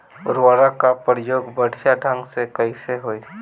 उर्वरक क प्रयोग बढ़िया ढंग से कईसे होई?